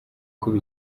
kuba